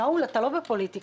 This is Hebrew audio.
שאול, אתה לא בפוליטיקה.